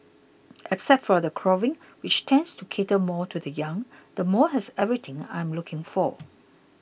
except for the clothing which tends to cater more to the young the mall has everything I am looking for